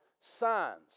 signs